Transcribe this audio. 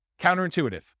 Counterintuitive